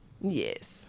Yes